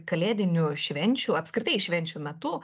kalėdinių švenčių apskritai švenčių metu